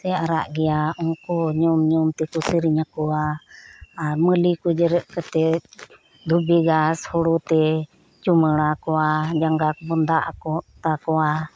ᱥᱮ ᱟᱨᱟᱜ ᱜᱮᱭᱟᱭ ᱩᱱᱠᱩ ᱧᱩᱢ ᱧᱩᱢ ᱛᱮᱠᱚ ᱥᱮᱹᱨᱮᱹᱧᱟ ᱠᱚᱣᱟ ᱟᱨ ᱢᱟᱞᱤ ᱠᱚ ᱡᱮᱨᱮᱫ ᱠᱟᱛᱮᱫ ᱫᱷᱩᱵᱤ ᱜᱷᱟᱸᱥ ᱦᱳᱲᱳ ᱛᱮ ᱪᱩᱢᱟᱹᱲᱟ ᱠᱚᱣᱟ ᱡᱟᱸᱜᱟ ᱠᱚᱵᱚᱱ ᱫᱟᱜ ᱟᱠᱚᱣᱟ ᱟᱛᱟ ᱠᱚᱣᱟ